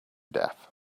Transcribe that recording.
death